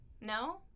no